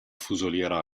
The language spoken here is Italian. fusoliera